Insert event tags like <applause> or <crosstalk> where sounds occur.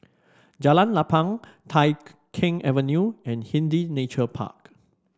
Jalan Lapang Tai <unintelligible> Keng Avenue and Hindhede Nature Park